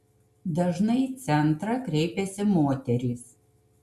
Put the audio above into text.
dažnai į centrą kreipiasi moterys